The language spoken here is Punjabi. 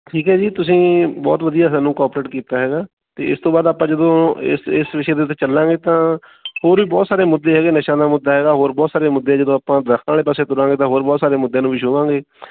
ਠੀਕ ਹੈ ਜੀ ਤੁਸੀਂ ਬਹੁਤ ਵਧੀਆ ਸਾਨੂੰ ਕੋਪਰੇਟ ਕੀਤਾ ਹੈਗਾ ਅਤੇ ਇਸ ਤੋਂ ਬਾਅਦ ਆਪਾਂ ਜਦੋਂ ਇਸ ਇਸ ਵਿਸ਼ੇ ਦੇ ਉੱਤੇ ਚੱਲਾਂਗੇ ਤਾਂ ਹੋਰ ਵੀ ਬਹੁਤ ਸਾਰੇ ਮੁੱਦੇ ਹੈਗੇ ਨਸ਼ਿਆਂ ਦਾ ਮੁੱਦਾ ਹੈਗਾ ਹੋਰ ਬਹੁਤ ਸਾਰੇ ਮੁੱਦੇ ਆ ਜਦੋਂ ਆਪਾਂ ਦਰੱਖਤਾਂ ਵਾਲੇ ਪਾਸੇ ਤੁਰਾਂਗੇ ਤਾਂ ਹੋਰ ਬਹੁਤ ਸਾਰੇ ਮੁੱਦਿਆਂ ਨੂੰ ਵੀ ਛੂਵਾਂਗੇ